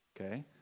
okay